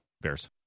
Bears